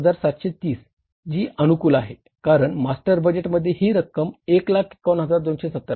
37730 जी अनुकूल आहे कारण मास्टर बजेट मध्ये ही रक्कम 151270 आहे